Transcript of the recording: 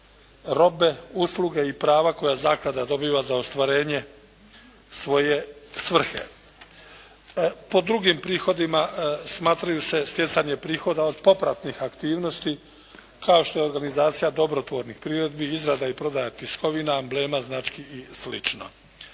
robe, usluge i prava koje zaklada dobiva za ostvarenje svoje svrhe. Pod drugim prihodima smatraju se stjecanje prihoda od popratnih aktivnosti kao što je organizacija dobrotvornih priredbi, izrada i prodaja tiskovina, amblema, znački i